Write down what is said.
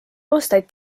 aastaid